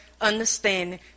understanding